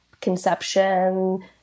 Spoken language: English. conception